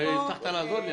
הבטחת שתעזור לי.